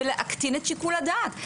ולהקטין את שיקול הדעת.